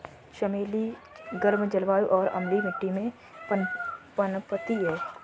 चमेली गर्म जलवायु और अम्लीय मिट्टी में पनपती है